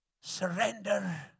Surrender